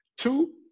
Two